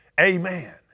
Amen